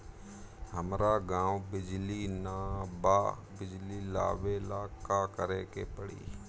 हमरा गॉव बिजली न बा बिजली लाबे ला का करे के पड़ी?